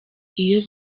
iyo